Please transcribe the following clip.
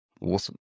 Awesome